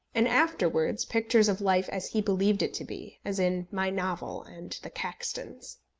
and afterwards pictures of life as he believed it to be, as in my novel and the caxtons.